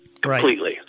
completely